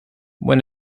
when